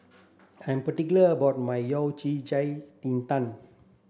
I'm particular about my Yao tang